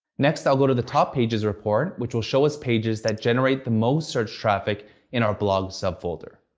next, i'll go to the top pages report, which will show us pages that generate the most search traffic in our blog subfolder.